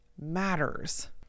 matters